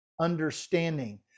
understanding